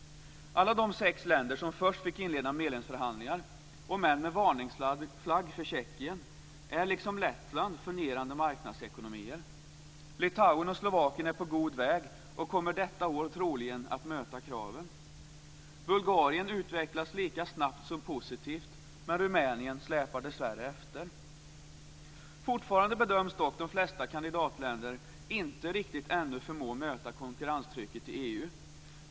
Alla de sex länder som först fick inleda medlemsskapsförhandlingar, om än med varningsflagg för Tjeckien, är liksom Lettland fungerande marknadsekonomier. Litauen och Slovakien är på god väg och kommer detta år troligen att möta kraven. Bulgarien utvecklas lika snabbt som positivt. Men Rumänien släpar dessvärre efter. Fortfarande bedöms dock de flesta kandidatländerna ännu inte riktigt förmå att möta konkurrenstrycket i EU.